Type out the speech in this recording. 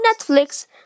Netflix